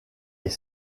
est